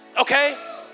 okay